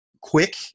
quick